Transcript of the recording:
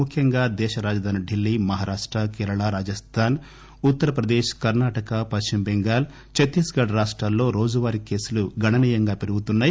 ముఖ్యంగా దేశ రాజధాని ఢిల్లీ మహారాష్ట కేరళ రాజస్దాన్ ఉత్తరప్రదేశ్ కర్ణాటక పశ్చిమబంగాల్ ఛత్తీస్గఢ్ రాష్టాల్లో రోజువారీ కేసులు గణనీయంగా పెరుగుతున్నాయి